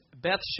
Beth